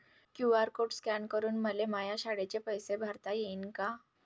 QR code scan करून मले माया शाळेचे पैसे भरता येईन का?